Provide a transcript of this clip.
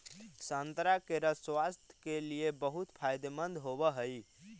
संतरा के रस स्वास्थ्य के लिए बहुत फायदेमंद होवऽ हइ